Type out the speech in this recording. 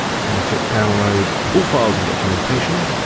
so i'm gonna click download all files and documentation.